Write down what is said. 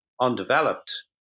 undeveloped